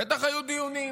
בטח שהיו דיונים,